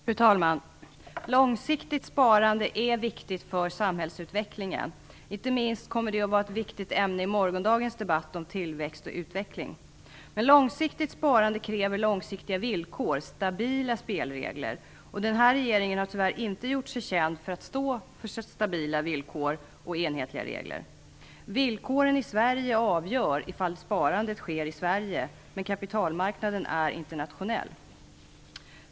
Fru talman! Långsiktigt sparande är viktigt för samhällsutvecklingen. Inte minst kommer det att vara ett viktigt ämne i morgondagens debatt om tillväxt och utveckling. Men långsiktigt sparande kräver långsiktiga villkor och stabila spelregler. Den här regeringen har tyvärr inte gjort sig känd för att stå för stabila villkor och enhetliga regler. Villkoren i Sverige avgör om sparandet sker i Sverige, men kapitalmarknaden är internationell.